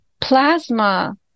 plasma